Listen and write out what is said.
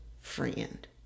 friend